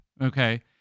Okay